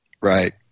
right